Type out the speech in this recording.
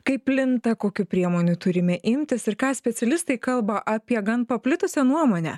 kaip plinta kokių priemonių turime imtis ir ką specialistai kalba apie gan paplitusią nuomonę